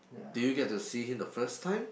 do you get to see him the first time